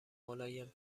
ملایم